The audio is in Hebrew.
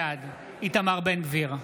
בעד איתמר בן גביר,